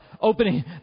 Opening